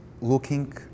looking